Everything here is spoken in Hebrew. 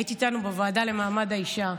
היית איתנו בוועדה למעמד האישה.